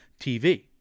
tv